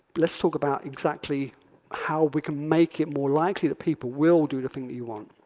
let's talk about exactly how we can make it more likely that people will do the thing that you want.